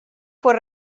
fue